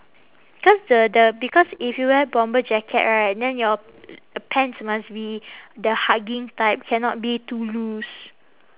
cause the the because if you wear bomber jacket right then your pants must be the hugging type cannot be too loose